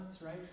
right